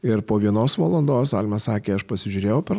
ir po vienos valandos alma sakė aš pasižiūrėjau per